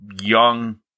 young –